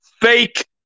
fake